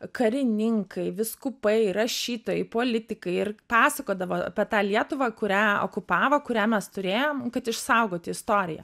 karininkai vyskupai rašytojai politikai ir pasakodavo apie tą lietuvą kurią okupavo kurią mes turėjom kad išsaugoti istoriją